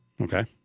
Okay